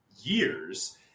years